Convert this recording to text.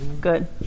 Good